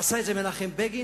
עשה את זה מנחם בגין,